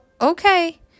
okay